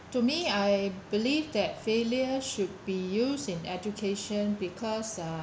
to me I believe that failure should be used in education because uh